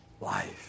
life